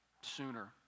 sooner